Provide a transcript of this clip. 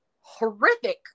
horrific